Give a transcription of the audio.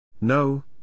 No